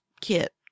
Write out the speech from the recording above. kit